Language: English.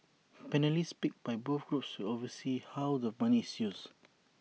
panellists picked by both groups oversee how the money is used